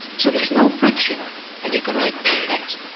so there's no friction and you can write very fast.